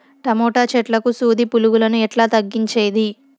Tomato చెట్లకు సూది పులుగులను ఎట్లా తగ్గించేది?